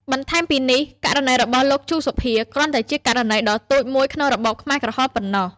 បន្ថែមពីនេះ ករណីរបស់លោក លោក ជូ សូភា គ្រាន់តែជាករណីដ៏តូចមួយក្នុងរបបខ្មែរក្រហមប៉ុណ្ណោះ។